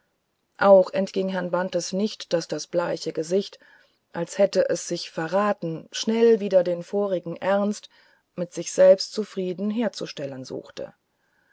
auch entging herrn bantes nicht daß das bleiche gesicht als hätte es sich verraten schnell wieder den vorigen ernst mit sich selbst zufrieden herzustellen suchte